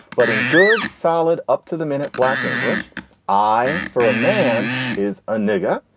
but in good solid up to the minute black english eye for a man is a nigga.